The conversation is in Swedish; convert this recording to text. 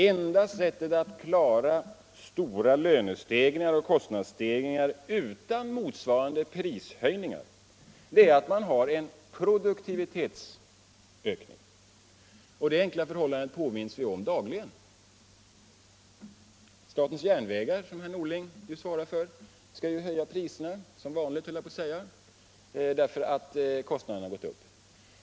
Enda sättet att klara stora löneoch kostnadsstegringar utan motsvarande prishöjningar är att man har en produktivitetsökning. Vi påminns dag ligen om detta enkla förhållande. Statens järnvägar t.ex., som herr Norling svarar för, skall ju höja priserna — som vanligt, höll jag på att säga — därför att kostnaderna har stigit.